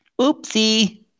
oopsie